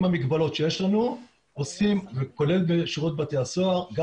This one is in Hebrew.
עם המגבלות שיש לנו עושים כולל בשירות בתי הסוהר גם